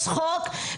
יש חוק.